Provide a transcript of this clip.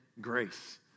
grace